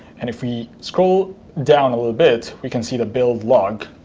and if we scroll down a little bit, we can see the build log,